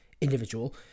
individual